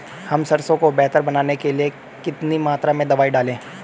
हम सरसों को बेहतर बनाने के लिए कितनी मात्रा में दवाई डालें?